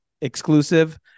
exclusive